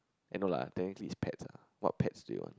I know lah technically is pets lah what pets do you want